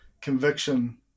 conviction